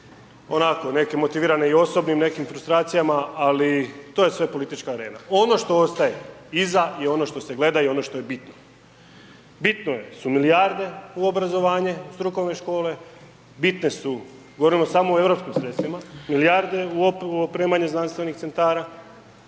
neke motivirane i osobnim nekim frustracijama, ali to je sve politička arena. Ono što ostaje iza je ono što se gleda i ono što je bitno. Bitno je su milijarde u obrazovanje, u strukovne škole, bitne su, govorimo samo o EU sredstvima, milijarde u opremanje znanstvenih centara,